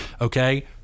okay